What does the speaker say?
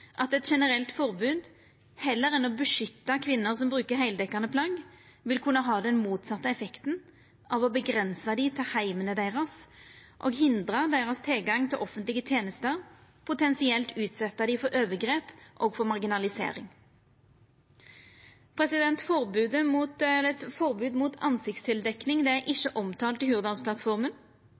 at eit generelt forbod, heller enn å beskytta kvinner som brukar heildekkjande plagg, vil kunna ha den motsette effekten: avgrensa dei til heimane deira, hindra deira tilgang til offentlege tenester og potensielt utsetja dei for overgrep og for marginalisering. Eit forbod mot ansiktstildekking er ikkje omtalt i